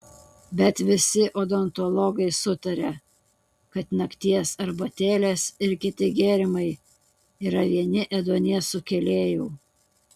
bet visi odontologai sutaria kad nakties arbatėlės ir kiti gėrimai yra vieni ėduonies sukėlėjų